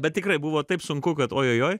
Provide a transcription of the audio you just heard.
bet tikrai buvo taip sunku kad ojojoi